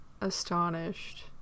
astonished